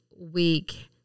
week